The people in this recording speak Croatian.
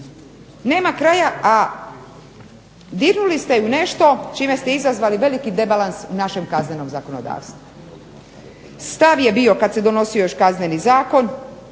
nema kraja. A dirnuli ste i u nešto čime ste izazvali veliki debalans u našem kaznenom zakonodavstvu. Stav je bio kad se donosio još Kazneni zakon